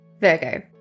Virgo